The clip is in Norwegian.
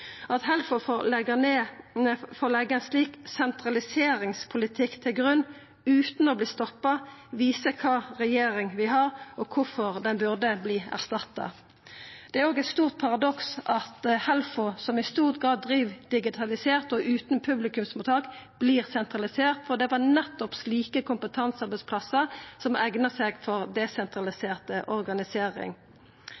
At Helfo får leggja ein slik sentraliseringspolitikk til grunn utan å verta stoppa, viser kva slags regjering vi har, og kvifor ho burde erstattast. Det er òg eit stort paradoks at Helfo, som i stor grad driv digitalisert og utan publikumsmottak, vert sentralisert, for det var nettopp slike kompetansearbeidsplassar som eigna seg for